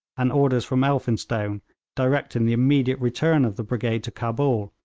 and orders from elphinstone directing the immediate return of the brigade to cabul,